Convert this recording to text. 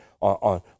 on